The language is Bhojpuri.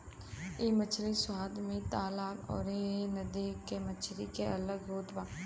इ मछरी स्वाद में तालाब अउरी नदी के मछरी से अलग होत बा